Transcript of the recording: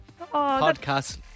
Podcast